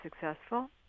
successful